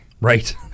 Right